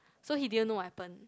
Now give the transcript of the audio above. so he didn't know what happened